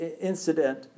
incident